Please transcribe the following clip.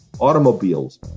automobiles